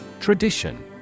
Tradition